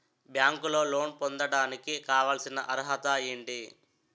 బ్యాంకులో లోన్ పొందడానికి కావాల్సిన అర్హత ఏంటి?